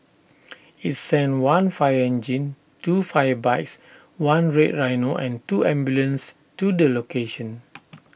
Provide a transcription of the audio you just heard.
IT sent one fire engine two fire bikes one red rhino and two ambulances to the location